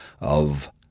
of